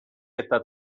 eta